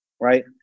right